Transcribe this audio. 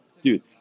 Dude